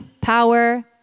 power